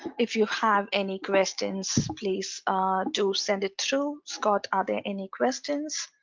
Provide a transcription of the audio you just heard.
if you have any questions please to send it through. scott are there any questions?